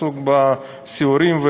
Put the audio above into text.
שעסוק בסיורים,